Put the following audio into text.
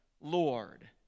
Lord